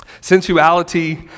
Sensuality